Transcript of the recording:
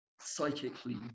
psychically